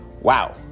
Wow